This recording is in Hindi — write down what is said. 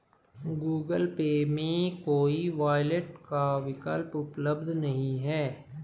गूगल पे में कोई वॉलेट का विकल्प उपलब्ध नहीं है